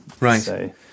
right